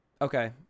Okay